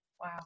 Wow